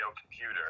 computer